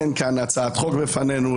אין הצעת חוק בפנינו.